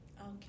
Okay